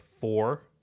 four